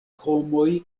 homoj